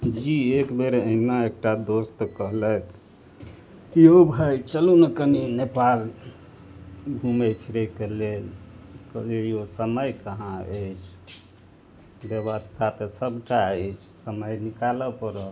एक बेर अहिना एकटा दोस्त कहलथि यौ भाय चलूने कनी नेपाल घुमय फिरयके लेल कहलियै यौ समय कहाँ अछि व्यवस्था तऽ सबटा अछि समय निकालऽ पड़त